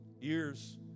years